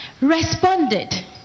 responded